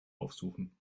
aussuchen